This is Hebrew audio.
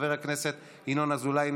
חבר הכנסת ינון אזולאי,